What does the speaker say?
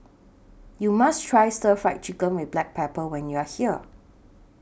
YOU must Try Stir Fried Chicken with Black Pepper when YOU Are here